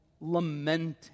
lamenting